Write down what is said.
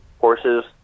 horses